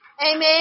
Amen